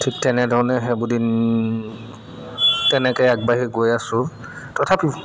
ঠিক তেনেধৰণে সেইবোৰ দিন তেনেকৈ আগবাঢ়ি গৈ আছোঁ তথাপি